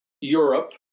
Europe